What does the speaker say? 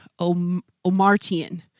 Omartian